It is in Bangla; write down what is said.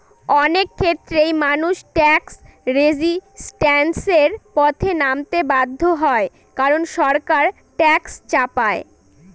অনেক ক্ষেত্রেই মানুষ ট্যাক্স রেজিস্ট্যান্সের পথে নামতে বাধ্য হয় কারন সরকার ট্যাক্স চাপায়